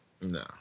No